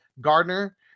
Gardner